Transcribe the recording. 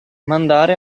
mandare